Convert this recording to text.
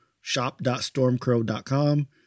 shop.stormcrow.com